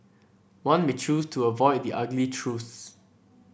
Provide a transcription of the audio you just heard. one may choose to avoid the ugly truths